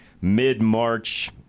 mid-March